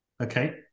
Okay